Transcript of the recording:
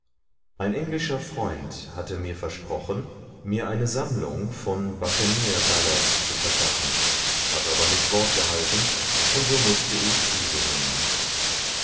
ein englischer freund hatte mir versprochen mir eine sammlung von buccaneer ballads zu verschaffen hat aber nicht wort gehalten und so mußte ich diese nehmen